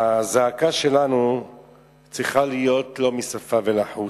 שהזעקה שלנו צריכה להיות לא מן השפה ולחוץ.